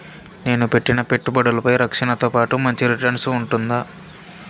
నేను పెట్టిన పెట్టుబడులపై రక్షణతో పాటు మంచి రిటర్న్స్ ఉంటుందా?